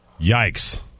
Yikes